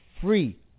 free